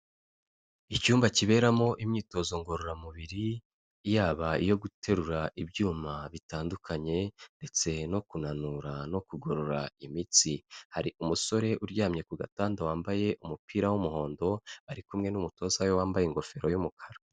Icyumba kiberamo imyitozo ngororamubiri yaba iyo guterura ibyuma bitandukanye ndetse no kunanura no kugorora imitsi. Hari umusore uryamye ku gatanda wambaye umupira w'umuhondo ari kumwe n'umutoza we wambaye ingofero y'umukara.